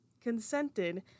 consented